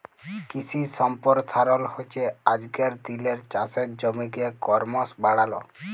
কিশি সম্পরসারল হচ্যে আজকের দিলের চাষের জমিকে করমশ বাড়াল